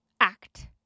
act